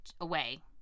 away